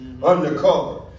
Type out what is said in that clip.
Undercover